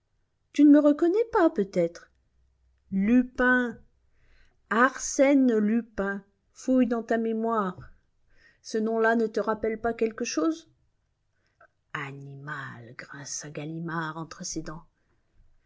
tu ne me reconnais pas peut-être lupin arsène lupin fouille dans ta mémoire ce nom-là ne te rappelle pas quelque chose animal grinça ganimard entre ses dents